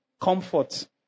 comfort